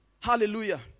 Hallelujah